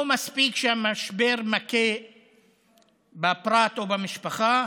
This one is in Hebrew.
לא מספיק שהמשבר מכה בפרט או במשפחה,